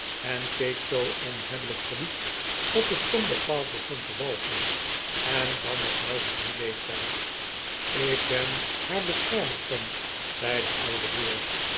en keek zoo onhebbelijk verliefd dat het tom bepaald begon te walgen en dan nog wel op dien leeftijdl ik ben haar beschermer tom zei de oude heer